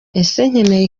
nkeneye